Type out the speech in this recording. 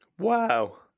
Wow